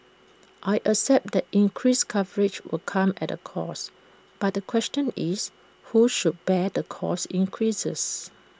I accept that increased coverage will come at A cost but the question is who should bear the cost increases